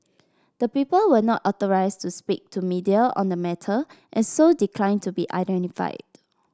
the people were not authorised to speak to media on the matter and so declined to be identified